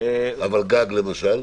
אבל גג למשל?